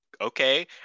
okay